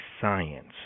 science